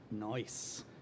Nice